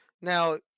Now